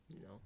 No